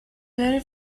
very